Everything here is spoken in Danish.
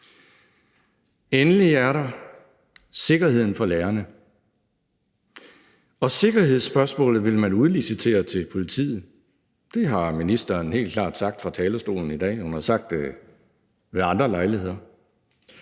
Endelig er der sikkerheden for lærerne, og sikkerhedsspørgsmålet vil man udlicitere til politiet. Det har ministeren helt klart sagt fra talerstolen i dag, og hun har sagt det ved andre lejligheder.